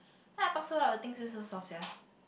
why I talk so loud the things also so soft sia